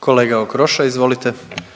**Okroša, Tomislav (HDZ)**